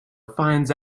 finds